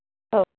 औ